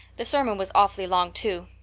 the sermon was awfully long, too.